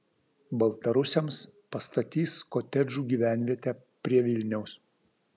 baltarusiams pastatys kotedžų gyvenvietę prie vilniaus